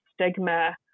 stigma